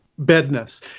bedness